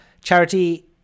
charity